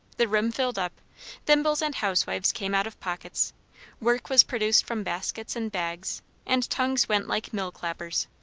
the room filled up thimbles and housewives came out of pockets work was produced from baskets and bags and tongues went like mill-clappers.